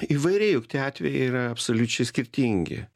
įvairiai juk tie atvejai yra absoliučiai skirtingi